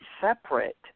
separate